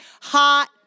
hot